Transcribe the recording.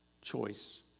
choice